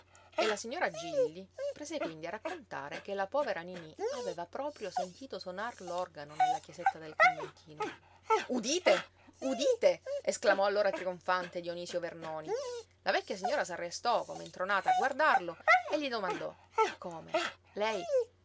e la signora gilli prese quindi a raccontare che la povera niní aveva proprio sentito sonar l'organo nella chiesetta del conventino udite udite esclamò allora trionfante dionisio vernoni la vecchia signora s'arrestò come intronata a guardarlo e gli domandò ma come lei